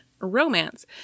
romance